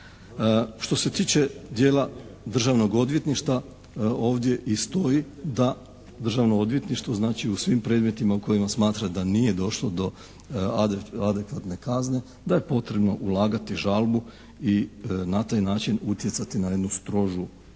Što se tiče djela Državnog odvjetništva, ovdje i stoji da Državno odvjetništvo u svim predmetima u kojima smatra da nije došlo do adekvatne kazne da je potrebno ulagati žalbu i na taj način utjecati na jednu strožu